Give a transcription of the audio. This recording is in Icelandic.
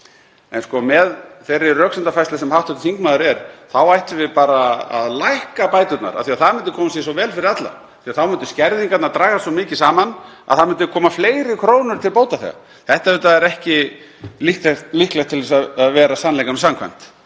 En með þeirri röksemdafærslu sem hv. þingmaður kom með þá ættum við bara að lækka bæturnar af því að það myndi koma sér svo vel fyrir alla, því að þá myndu skerðingarnar dragast svo mikið saman að það myndu koma fleiri krónur til bótaþega. Þetta er auðvitað ekki líklegt til að vera sannleikanum samkvæmt.